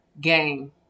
Game